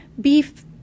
beef